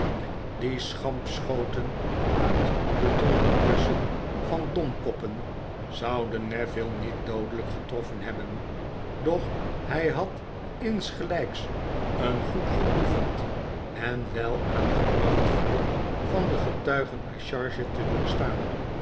die schampschoten uit de donderbussen van domkoppen zouden neville niet doodelijk getroffen hebben doch hij had insgelijks een goed geoefend en wel aangebracht vuur van de getuigen a charge te doorstaan